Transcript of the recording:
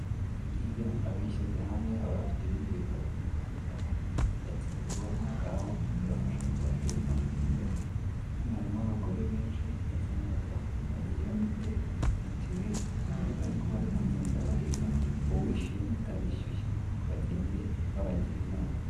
Buriya abishyizehamwe baba bafite ibindi bintu bari kuganiraho, ndetse ubwo kubwabo bibasha kubateza imbere, hano harimo abagore benshi ndetse n'abagabo, bagiye bafite mitiweri bigaragarako bari kugenda bareba uwishyuye n'utarishyuye ngo bagende bamugira inama.